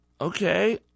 okay